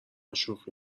شوخی